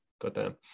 goddamn